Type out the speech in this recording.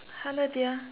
hello dear